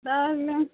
না না